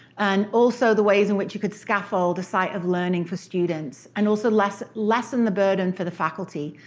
and also the ways in which you could scaffold a site of learning for students, and also lessen lessen the burden for the faculty.